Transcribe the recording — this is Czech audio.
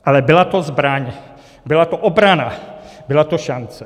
Ale byla to zbraň, byla to obrana, byla to šance.